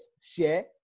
share